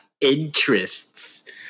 interests